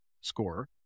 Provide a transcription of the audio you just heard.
score